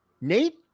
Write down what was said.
Nate